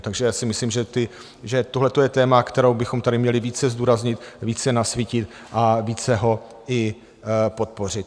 Takže já si myslím, že tohle je téma, které bychom tady měli více zdůraznit, více nasvítit a více ho i podpořit.